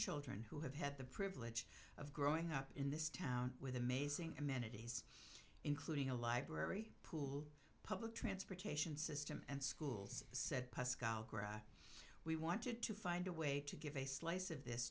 children who have had the privilege of growing up in this town with amazing amenities including a library pool public transportation system and schools said we wanted to find a way to give a slice of this